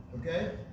Okay